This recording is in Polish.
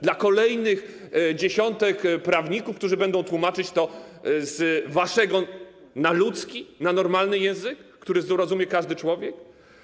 Dla kolejnych dziesiątek prawników, którzy będą tłumaczyć to z waszego na ludzki, na normalny język, który zrozumie każdy człowiek?